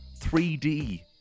3D